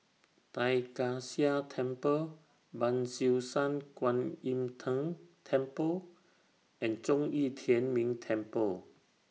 Tai Kak Seah Temple Ban Siew San Kuan Im Tng Temple and Zhong Yi Tian Ming Temple